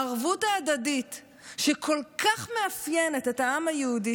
הערבות ההדדית שכל כך מאפיינת את העם היהודי,